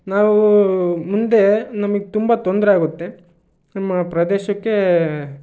ನಾವು ಮುಂದೆ ನಮಗೆ ತುಂಬ ತೊಂದರೆ ಆಗುತ್ತೆ ನಮ್ಮ ಪ್ರದೇಶಕ್ಕೆ